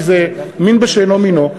כי זה מין בשאינו מינו.